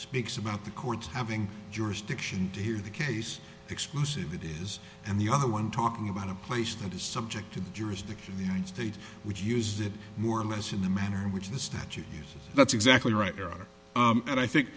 speaks about the chords having jurisdiction to hear the case exclusive it is and the other one talking about a place that is subject to the jurisdiction the united states would use it more or less in the manner in which the statute that's exactly right your honor and i think